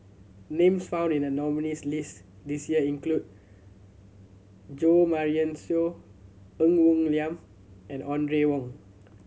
names found in the nominees' list this year include Jo Marion Seow Ng Woon Lam and Audrey Wong